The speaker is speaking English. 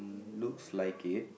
looks like it